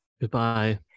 Goodbye